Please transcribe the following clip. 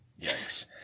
yikes